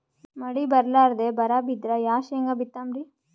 ಮಳಿ ಬರ್ಲಾದೆ ಬರಾ ಬಿದ್ರ ಯಾ ಶೇಂಗಾ ಬಿತ್ತಮ್ರೀ?